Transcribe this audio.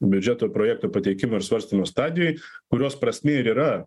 biudžeto projekto pateikimo ir svarstymo stadijoj kurios prasmė ir yra